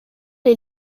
les